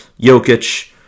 Jokic